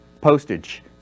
Postage